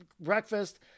breakfast